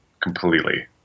Completely